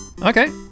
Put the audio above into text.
Okay